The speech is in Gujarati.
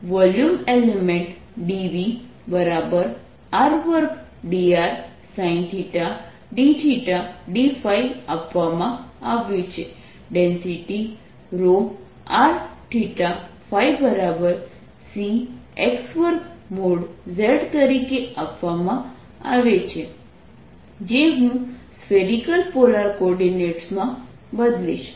તો વોલ્યુમ એલિમેન્ટ dVr2drsinθdθdϕ આપવામાં આવ્યું છે ડેન્સિટી rθϕCx2z તરીકે આપવામાં આવે છે જે હું સ્ફેરિકલ પોલાર કોઓર્ડિનેટ્સમાં બદલીશ